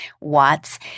Watts